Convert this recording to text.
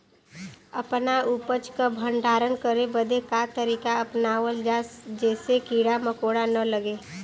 अपना उपज क भंडारन करे बदे का तरीका अपनावल जा जेसे कीड़ा मकोड़ा न लगें?